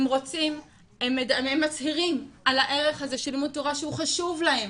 הם מצהירים על הערך הזה של לימוד תורה שהוא חשוב להם,